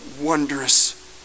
wondrous